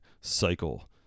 cycle